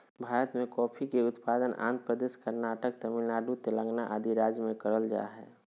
भारत मे कॉफी के उत्पादन आंध्र प्रदेश, कर्नाटक, तमिलनाडु, तेलंगाना आदि राज्य मे करल जा हय